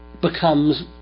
becomes